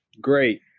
Great